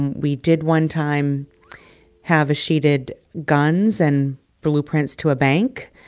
we did one time have escheated guns and blueprints to a bank.